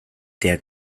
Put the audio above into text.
der